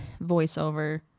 voiceover